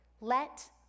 Let